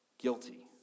Guilty